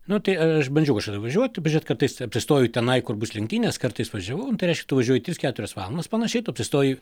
nu tai aš bandžiau kažkada važiuoti pažiūrėt kartais apsistoju tenai kur bus lenktynės kartą aš važiavau nu tai reiškia tu važiuoji tris keturias valandas panašiai tu apsistoji